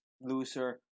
loser